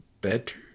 better